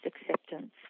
acceptance